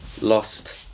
lost